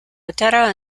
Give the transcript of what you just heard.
lutero